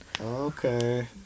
Okay